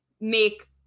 make